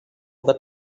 that